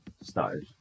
started